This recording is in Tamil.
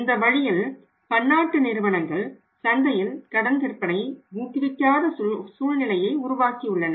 இந்த வழியில் பன்னாட்டு நிறுவனங்கள் சந்தையில் கடன் விற்பனையை ஊக்குவிக்காத சூழ்நிலையை உருவாக்கி உள்ளனர்